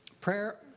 Prayer